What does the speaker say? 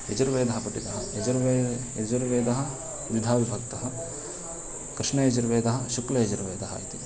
यजुर्वेदः पठितः यजुर्वे यजुर्वेदः द्विधाविभक्तः कृष्णयजुर्वेदः शुक्लयजुर्वेदः इति